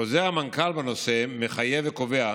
חוזר המנכ"ל בנושא מחייב וקובע